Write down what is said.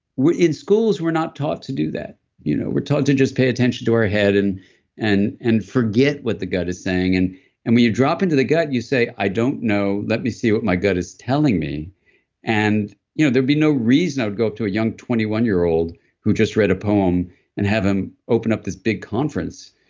in schools, we're not taught to do that you know we're taught to just pay attention to our head, and and forget what the gut is saying, and and when you drop into the gut, you say, i don't know. let me see what my gut is telling me and you know there'd be no reason i would go up to a young twenty one year old who just read a poem and have him open up this big conference.